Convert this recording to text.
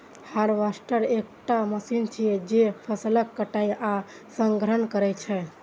harvester एकटा machine छियै, जे फसलक कटाइ आ संग्रहण करै छै